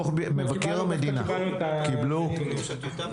קיבלנו דווקא.